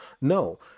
no